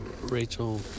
Rachel